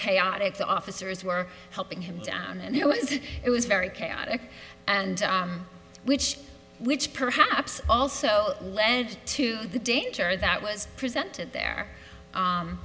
chaotic the officers were helping him down and it was it was very chaotic and which which perhaps also led to the danger that was presented there